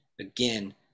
again